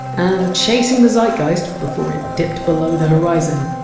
and chasing the zeitgeist before it dipped below the horizon,